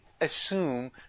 assume